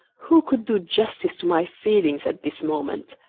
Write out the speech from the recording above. who could do justice to my feelings at this moment!